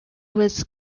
was